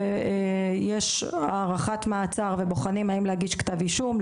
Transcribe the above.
ויש הארכת מעצר ובוחנים האם להגיש כתב אישום,